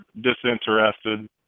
disinterested